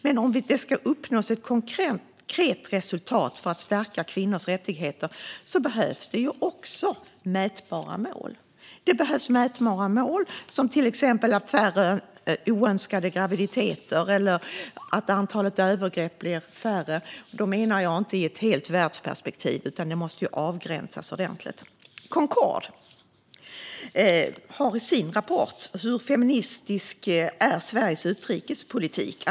Men om man ska uppnå ett konkret resultat för att stärka kvinnors rättigheter behövs det också mätbara mål som till exempel färre oönskade graviditeter och att antalet övergrepp blir mindre. Då menar jag inte i ett helt världsperspektiv, utan det måste avgränsas ordentligt. I Concords rapport Hur feministisk är Sveriges utrikespolitik?